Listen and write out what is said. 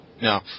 No